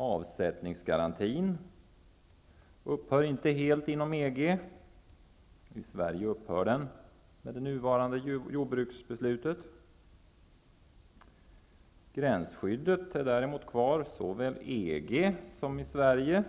Sverige upphör den i och med det nuvarande jordbruksbeslutet. -- Gränsskyddet däremot är kvar såväl i EG som i --